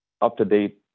up-to-date